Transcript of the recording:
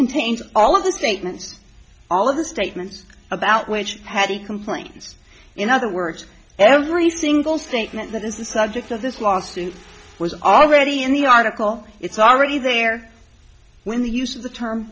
contains all of the statements all of the statements about which had he complains in other words every single statement that is the subject of this lawsuit was already in the article it's already there when the use of the term